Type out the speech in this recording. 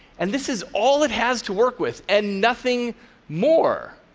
and this is all it has to work with, and nothing more.